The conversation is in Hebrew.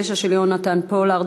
ההצעות לסדר-היום לוועדת החוץ והביטחון.